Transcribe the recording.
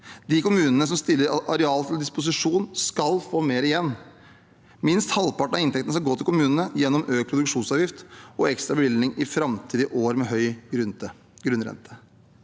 De kommunene som stiller areal til disposisjon, skal få mer igjen. Minst halvparten av inntektene skal gå til kommunene, gjennom økt produksjonsavgift og ekstra bevilgning i framtidige år med høy grunnrente.